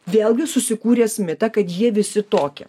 vėlgi susikūręs mitą kad jie visi tokie